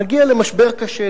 נגיע למשבר קשה,